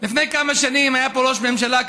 לפני כמה שנים היה פה ראש ממשלה,